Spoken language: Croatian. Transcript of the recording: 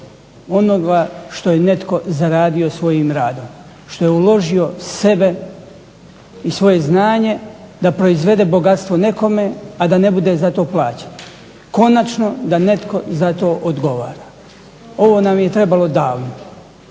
onoga što je netko zaradio svojim radom, što je uložio sebe i svoje znanje da proizvede bogatstvo nekome, a da ne bude za to plaćen. Konačno da netko za to odgovara. Ovo nam je trebalo davno.